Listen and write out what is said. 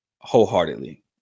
wholeheartedly